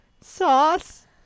sauce